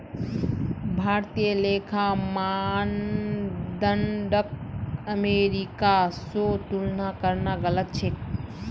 भारतीय लेखा मानदंडक अमेरिका स तुलना करना गलत छेक